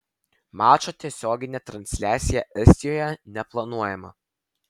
mačo tiesioginė transliacija estijoje neplanuojama